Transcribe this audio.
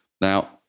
Now